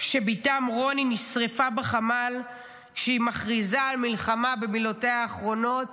שבתם רוני נשרפה בחמ"ל כשהיא מכריזה על מלחמה במילותיה האחרונות?